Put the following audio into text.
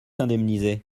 indemnisé